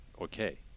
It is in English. okay